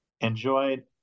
enjoyed